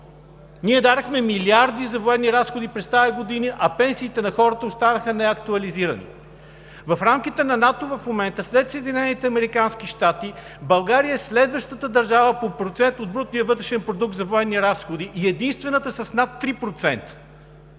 Ние дадохме милиарди за военни разходи през тази година, а пенсиите на хората останаха неактуализирани! В рамките на НАТО в момента, след Съединените американски щати, България е следващата държава по процент от брутния вътрешен продукт за военни разходи и единствената с над 3%!